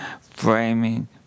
framing